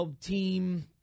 team